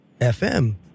FM